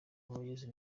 uwayezu